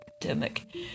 pandemic